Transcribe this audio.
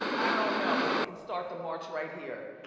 i don't know, but we can start the march right here.